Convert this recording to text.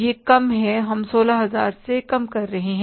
यह कम है हम 16000 से कम कर रहे हैं